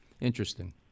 interesting